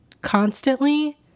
constantly